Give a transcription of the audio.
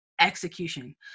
execution